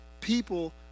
people